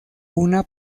una